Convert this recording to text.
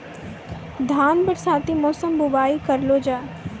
धान बरसाती मौसम बुवाई करलो जा?